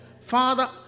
Father